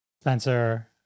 Spencer